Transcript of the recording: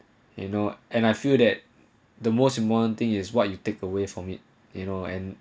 you know and I feel that the most important thing is what you take away from it you know and